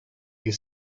you